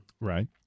Right